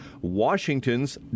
Washington's